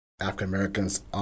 African-Americans